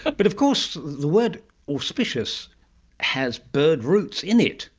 ah but of course the word auspicious has bird roots in it,